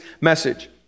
message